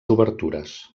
obertures